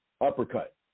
uppercut